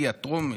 הגיע לטרומית,